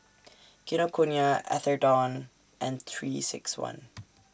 Kinokuniya Atherton and three six one